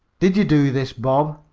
did you do this, bob?